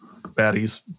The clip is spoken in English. baddies